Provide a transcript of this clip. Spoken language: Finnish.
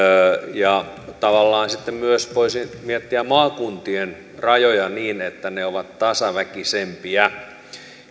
ja tavallaan sitten myös voisi miettiä maakuntien rajoja niin että ne ovat tasaväkisempiä